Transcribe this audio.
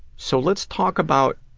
so let's talk about